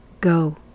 Go